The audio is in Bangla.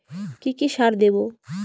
কি কি সার দেবো?